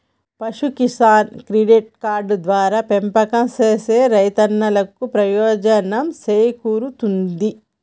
పశు Kisan credit card ద్వారా పెంపకం సేసే రైతన్నలకు ప్రయోజనం సేకూరుతుంది